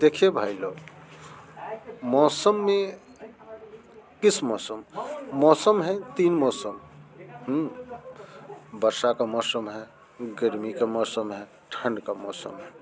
देखिये भाई लोग मौसम में किस मौसम मौसम है तीन मौसम वर्षा का मौसम है गर्मी का मौसम है ठंड का मौसम है